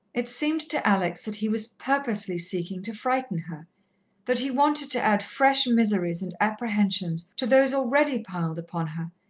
it seemed to alex that he was purposely seeking to frighten her that he wanted to add fresh miseries and apprehensions to those already piled upon her,